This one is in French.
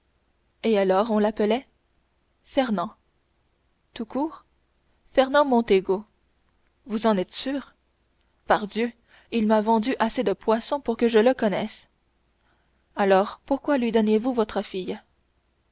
et alors on l'appelait fernand tout court fernand mondego vous en êtes sûr pardieu il m'a vendu assez de poisson pour que je le connaisse alors pourquoi lui donniez vous votre fille